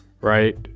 right